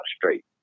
straight